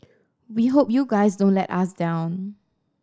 we hope you guys don't let us down